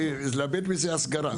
לבדואי זה סגר.